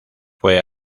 fue